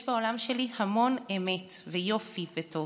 יש בעולם שלי המון אמת, יופי וטוב,